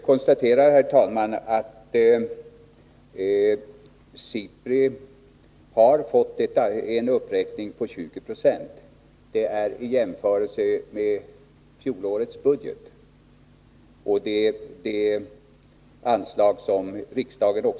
Herr talman! Jag konstaterar att SIPRI har fått en uppräkning av anslaget med 20 96 i jämförelse med det anslag som föreslogs i fjolårets budget och som riksdagen antog.